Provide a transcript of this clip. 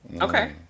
Okay